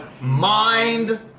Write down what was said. Mind